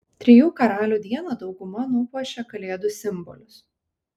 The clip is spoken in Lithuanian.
trijų karalių dieną dauguma nupuošė kalėdų simbolius